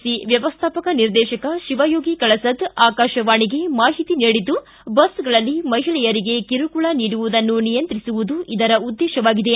C ವ್ಯವಸ್ಥಾಪಕ ನಿರ್ದೇಶಕ ಶಿವಯೋಗಿ ಕಳಸದ್ ಆಕಾಶವಾಣಿಗೆ ಮಾಹಿತಿ ನೀಡಿದ್ದು ಬಸ್ಗಳಲ್ಲಿ ಮಹಿಳೆಯರಿಗೆ ಕಿರುಕುಳ ನೀಡುವುದನ್ನು ನಿಯಂತ್ರಿಸುವುದು ಇದರ ಉದ್ದೇಶವಾಗಿದೆ